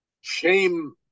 Shame